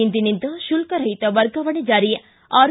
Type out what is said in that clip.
ಇಂದಿನಿಂದ ಶುಲ್ಕ ರಹಿತ ವರ್ಗಾವಣೆ ಜಾರಿ ಆರ್